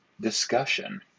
discussion